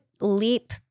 leap